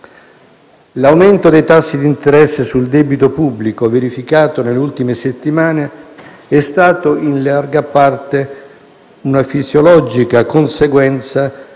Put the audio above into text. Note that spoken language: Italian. L'aumento dei tassi di interesse sul debito pubblico verificatosi nelle ultime settimane è stato in larga parte una fisiologica conseguenza